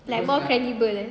like more credible eh